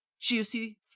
juicy